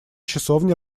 часовни